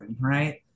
Right